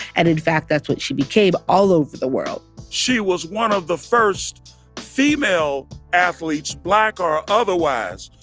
and in fact, that's what she became all over the world she was one of the first female athletes, black or otherwise,